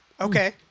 Okay